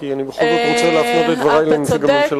כי אני בכל זאת רוצה להפנות את דברי אל נציג הממשלה.